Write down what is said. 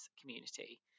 community